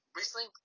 recently